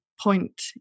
point